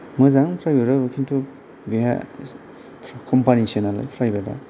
मोजां प्रायभेट आबो किन्तु बेहा कम्पानि सो नालाय प्रायभेट आ